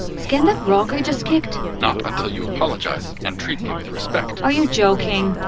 scan that rock i just kicked not until you apologize and treat me with respect are you joking?